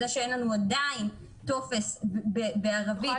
וזה שאין לנו עדיין טופס בערבית זה באמת פחות טוב